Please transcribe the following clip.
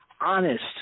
honest